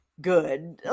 good